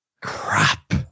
crap